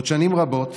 עוד שנים רבות